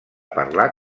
parlar